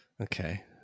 Okay